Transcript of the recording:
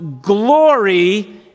glory